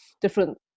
different